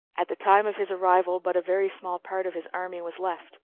at the time of his arrival but a very small part of his army was left,